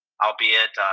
albeit